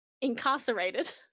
incarcerated